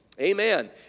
Amen